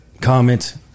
comment